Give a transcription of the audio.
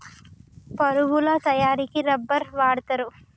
పరుపుల తయారికి రబ్బర్ వాడుతారు